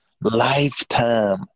lifetime